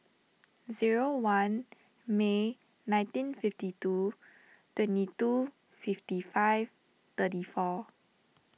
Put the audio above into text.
zero one May nineteen fifty two twenty two fifty five thirty four